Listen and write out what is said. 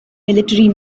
military